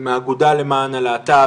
עם האגודה למען הלהט"ב,